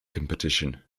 competition